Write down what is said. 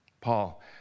Paul